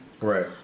Right